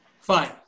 Fine